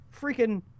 freaking